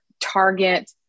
target